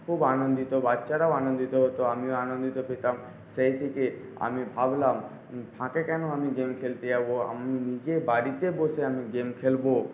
খুব আনন্দিত বাচ্চারাও আনন্দিত হত আমিও আনন্দ পেতাম সেই থেকে আমি ভাবলাম ফাঁকে কেন আমি গেম খেলতে যাব আমি নিজে বাড়িতে বসে আমি গেম খেলব